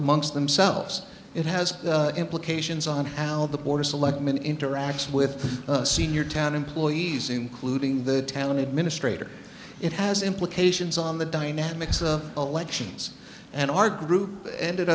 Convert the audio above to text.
amongst themselves it has implications on how the border selectman interacts with senior town employees including the talent administrator it has implications on the dynamics of elections and our group ended